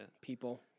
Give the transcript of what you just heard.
people